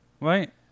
right